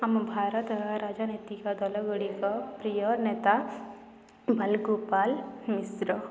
ଆମ ଭାରତର ରାଜନୈତିକ ଦଳ ଗୁଡ଼ିକ ପ୍ରିୟ ନେତା ବାଲଗୋପାଲ ମିଶ୍ର